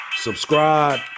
Subscribe